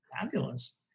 fabulous